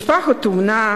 משפחת אומנה,